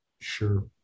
Sure